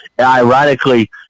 ironically